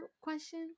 question